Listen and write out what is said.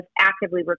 actively